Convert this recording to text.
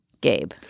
Gabe